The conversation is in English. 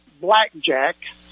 Blackjack